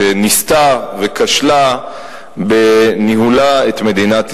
שניסתה וכשלה בניהולה את מדינת ישראל.